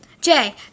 Jay